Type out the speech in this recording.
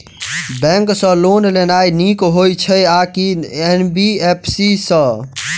Bank सँ loan लेनाय नीक होइ छै आ की एन.बी.एफ.सी सँ?